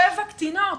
שבע קטינות.